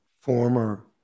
former